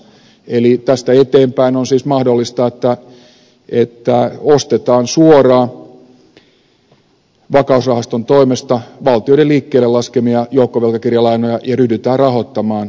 eli tästä eteenpäin on siis mahdollista että ostetaan suoraan vakausrahaston toimesta valtioiden liikkeelle laskemia joukkovelkakirjalainoja ja ryhdytään rahoittamaan jäsenmaita